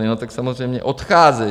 No, tak samozřejmě odcházejí.